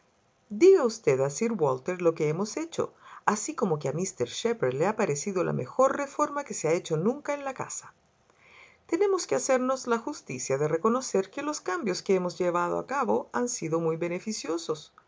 diga usted a sir walter lo que hemos hecho así como que a míster shepherd le ha parecido la mejor reforma que se ha hecho nunca en la casa tenemos que hacernos la justicia de reconocer que los cambios que hemos llevado a cabo han sido muy beneficiosos